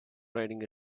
riding